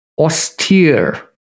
austere